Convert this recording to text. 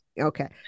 Okay